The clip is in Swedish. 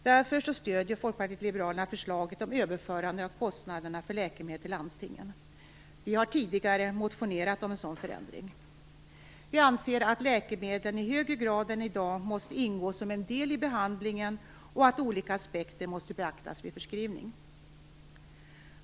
Därför stöder Folkpartiet liberalerna förslaget om överförande av kostnaderna för läkemedel till landstingen. Vi har tidigare motionerat om en sådan förändring. Vi anser att läkemedlen i högre grad än i dag måste ingå som en del i behandlingen och att olika aspekter måste beaktas vid förskrivning.